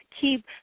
keep